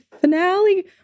finale